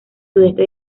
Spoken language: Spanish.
sudeste